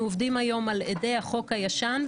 אנחנו עובדים היום על אדי החוק הישן,